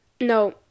no